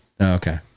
Okay